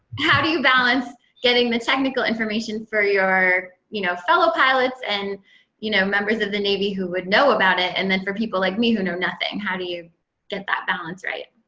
how do you balance getting the technical information for your you know fellow pilots? pilots? and you know members of the navy who would know about it, and then for people like me, who know nothing? how do you get that balance right?